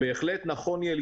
לפעמים גם יותר,